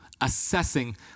assessing